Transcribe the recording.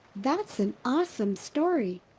that's an awesome story!